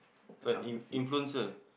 it's like in influencer